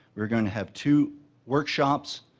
we're going to have two workshops,